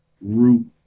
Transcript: Root